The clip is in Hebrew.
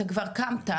אתה כבר קמת,